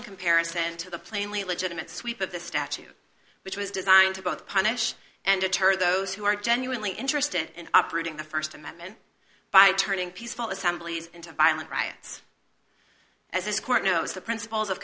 in comparison to the plainly legitimate sweep of the statute which was designed to both punish and deter those who are genuinely interested in operating the st amendment by turning peaceful assemblies into violent riots as this court knows the principles of